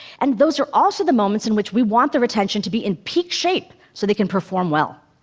and those are also the moments in which we want their attention to be in peak shape so they can perform well.